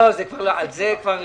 לא, לא, לא, על זה כבר סיימנו.